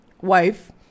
wife